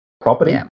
property